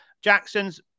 Jackson's